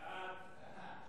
סעיף 1 נתקבל.